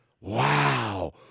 Wow